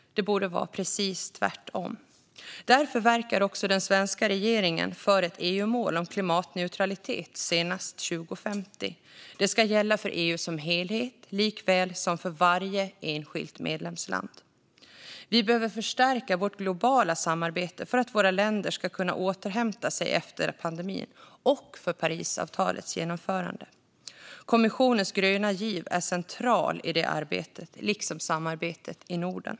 Det borde vara precis tvärtom. Därför verkar den svenska regeringen för ett EU-mål om klimatneutralitet senast 2050. Det ska gälla för EU som helhet såväl som i varje enskilt medlemsland. Vi behöver förstärka vårt globala samarbete för att våra länder ska kunna återhämta sig efter pandemin och för Parisavtalets genomförande. Kommissionens gröna giv är central i det arbetet liksom samarbetet i Norden.